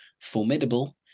formidable